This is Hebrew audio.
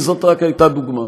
וזאת הייתה רק דוגמה,